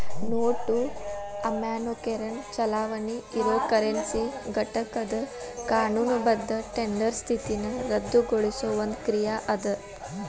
note ಅಮಾನ್ಯೇಕರಣ ಚಲಾವಣಿ ಇರೊ ಕರೆನ್ಸಿ ಘಟಕದ್ ಕಾನೂನುಬದ್ಧ ಟೆಂಡರ್ ಸ್ಥಿತಿನ ರದ್ದುಗೊಳಿಸೊ ಒಂದ್ ಕ್ರಿಯಾ ಅದ